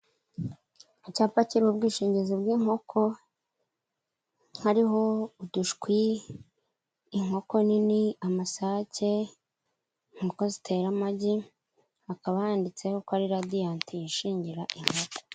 Icyapa kirimo ubwishingizi bw'inkoko, hariho udushwi, inkoko nini, amasake, inkoko zitera amagi, hakaba handitseho ko ari radiyanti yishingira inkoko.